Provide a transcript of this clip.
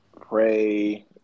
pray